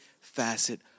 facet